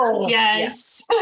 Yes